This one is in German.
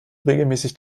regelmäßig